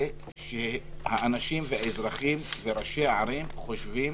שהאנשים והאזרחים וראשי הערים חושבים